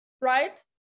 Right